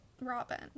Robin